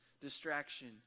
distraction